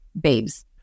babes